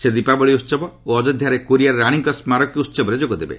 ସେ ଦୀପାବଳି ଉତ୍ସବ ଓ ଅଯୋଧ୍ୟାରେ କୋରିଆର ରାଣୀଙ୍କ ସ୍ନାରକୀ ଉହବରେ ଯୋଗ ଦେବେ